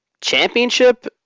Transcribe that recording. championship